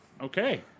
Okay